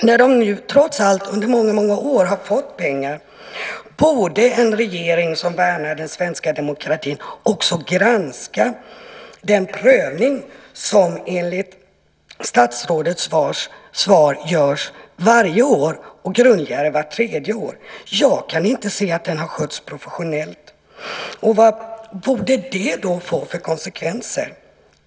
När den nu trots allt under många år har fått pengar borde en regering som värnar om den svenska demokratin också granska den prövning som enligt statsrådets svar görs varje år och grundligare vart tredje år. Jag kan inte se att den har skötts professionellt. Vad borde då detta få för konsekvenser?